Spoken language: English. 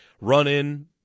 run-in